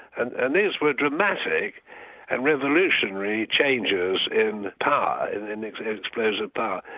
and and these were dramatic and revolutionary changes in power, in in explosive power.